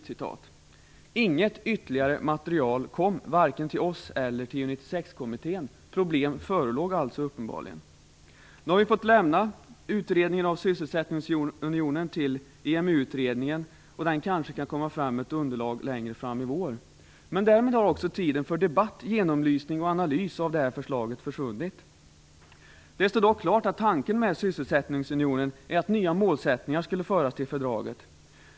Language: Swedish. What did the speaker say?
Inget ytterligare material kom vare sig till oss eller till EU 96-kommittén. Problem förelåg alltså uppenbarligen. Nu har vi fått lämna utredningen om sysselsättningsunionen till EMU-utredningen. Den kan kanske komma fram med ett underlag längre fram i vår. Därmed har också tiden för debatt, genomlysning och analys av förslaget försvunnit. Det står dock klart att tanken med sysselsättningsunionen är att nya målsättningar skulle föras till fördraget.